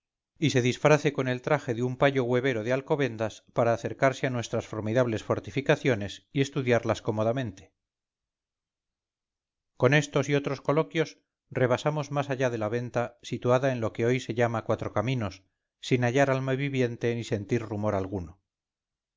y se disfrace con el traje de un payo huevero de alcobendas para acercarse a nuestras formidables fortificaciones y estudiarlas cómodamente con estos y otros coloquios rebasamos más allá de la venta situada en lo que hoy se llama cuatro caminos sin hallar alma viviente ni sentir rumor alguno